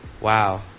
Wow